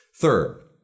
Third